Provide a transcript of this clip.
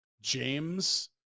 James